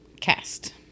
Cast